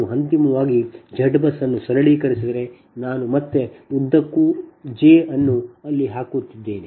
ನೀವು ಅಂತಿಮವಾಗಿ z ಬಸ್ ಅನ್ನು ಸರಳೀಕರಿಸಿದರೆ ನಾನು ಮತ್ತೆ ಮತ್ತೆ ಉದ್ದಕ್ಕೂ j ಅನ್ನು ಇಲ್ಲಿ ಹಾಕುತ್ತಿದ್ದೇನೆ